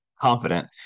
confident